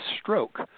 stroke